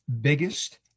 biggest